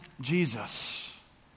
Jesus